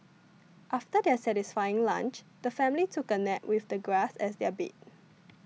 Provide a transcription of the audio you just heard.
after their satisfying lunch the family took a nap with the grass as their bed